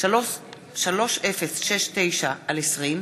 הביטוח הלאומי (תיקון,